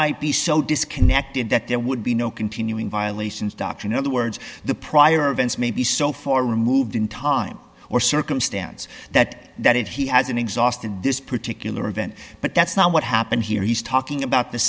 might be so disconnected that there would be no continuing violations doctrine in other words the prior events may be so far removed in time or circumstance that that if he has an exhausted this particular event but that's not what happened here he's talking about the